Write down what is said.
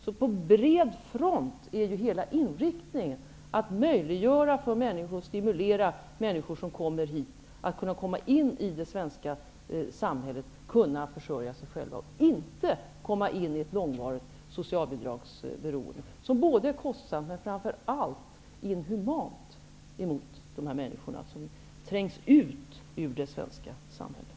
Inriktningen är att på bred front stimulera och möjliggöra för människor som kommer hit att komma in i det svenska samhället och försörja sig själva så att de inte hamnar i ett långvarigt socialbidragsberoende som är kostsamt och framför allt inhumant mot de människor som trängs ut ur det svenska samhället.